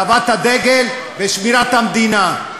לאהבת הדגל ושמירת המדינה.